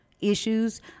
issues